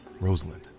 Rosalind